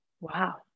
Wow